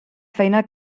feina